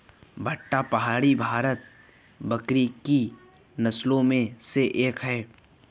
अट्टापडी भारत में बकरी की नस्लों में से एक है